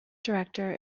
director